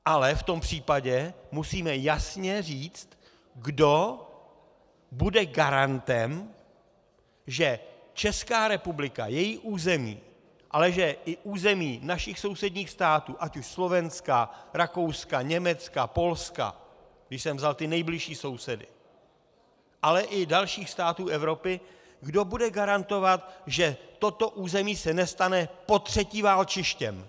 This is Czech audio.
Ale v tom případě musíme jasně říct, kdo bude garantem, že Česká republika, její území, ale i území našich sousedních států, ať už Slovenska, Rakouska, Německa, Polska, když jsem vzal ty nejbližší sousedy, ale i dalších států Evropy, kdo bude garantovat, že toto území se nestane potřetí válčištěm.